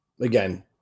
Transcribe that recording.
again